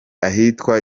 ahitwa